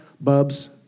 Bubs